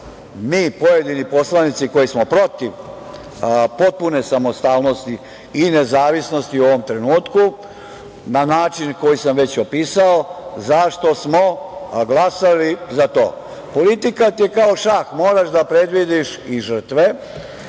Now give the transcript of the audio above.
mi pojedini poslanici koji smo protiv potpune samostalnosti i nezavisnosti u ovom trenutku, na način na koji sam već opisao, zašto smo glasali za to. Politika ti je kao šah, moraš da predvidiš i žrtve,